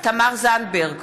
תמר זנדברג,